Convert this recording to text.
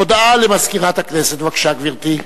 הודעה למזכירת הכנסת, בבקשה, גברתי.